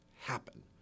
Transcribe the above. happen